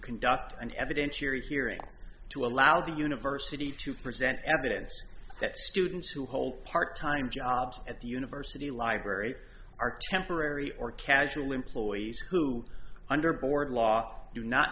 conduct an evidentiary hearing to allow the university to present evidence that students who hold part time jobs at the university library are temporary or casual employees who under board law do not